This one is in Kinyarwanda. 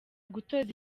gutoza